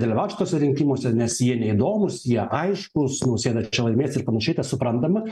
dalyvaut šituose rinkimuose nes ji neįdomūs jie aiškūs nausėda čia laimės ir panašiai tai suprantama